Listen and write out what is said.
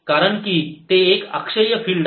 कारण कि ते एक अक्षय्य फिल्ड आहे